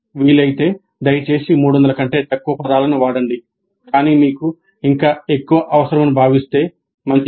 వీలైతే దయచేసి 300 కంటే తక్కువ పదాలను వాడండి కానీ మీకు ఇంకా ఎక్కువ అవసరమని భావిస్తే మంచిది